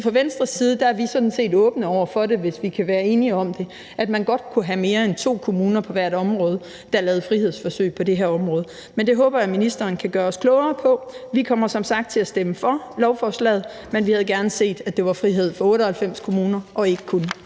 fra Venstres side er åbne over for det, hvis vi kan være enige om, at man godt kunne have flere end to kommuner på hvert område, der lavede de her frihedsforsøg. Men det håber jeg ministeren kan gøre os klogere på. Vi kommer som sagt til at stemme for lovforslaget, men vi havde gerne set, at det var frihed for 98 kommuner, og ikke kun